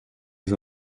des